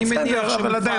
אני מניח שמופעל -- בסדר,